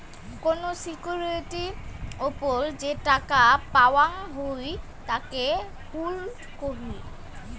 কোন সিকিউরিটির ওপর যে টাকা পাওয়াঙ হই তাকে ইল্ড কহি